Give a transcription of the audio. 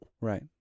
Right